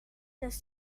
les